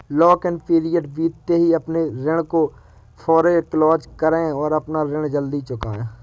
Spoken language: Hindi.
लॉक इन पीरियड बीतते ही अपने ऋण को फोरेक्लोज करे और अपना ऋण जल्द चुकाए